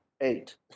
eight